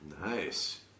Nice